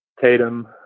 Tatum